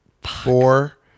four